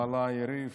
בעלה יריב